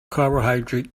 carbohydrate